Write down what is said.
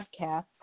podcast